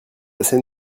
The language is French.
assez